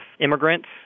immigrants